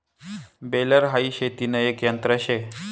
baler हाई शेतीन एक यंत्र शे